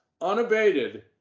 unabated